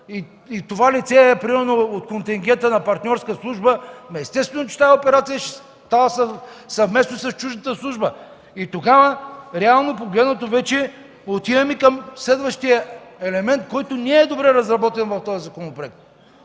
и това лице е, примерно от контингента на партньорска служба, естествено че тази операция ще става съвместно с чуждата служба. И тогава, реално погледнато, вече отиваме към следващия елемент, който не е добре разработен в този законопроект.